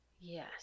Yes